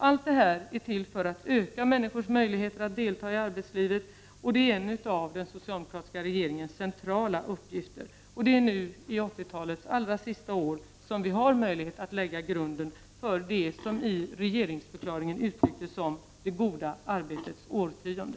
Allt detta är till för att öka människors möjligheter att delta i arbetslivet, och det är en av den socialdemokratiska regeringens centrala uppgifter. Det är nu i 80-talets allra sista år som vi har möjlighet att lägga grunden för det som i regeringsförklaringen kallas för ”det goda arbetets årtionde”.